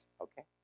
okay